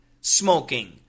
smoking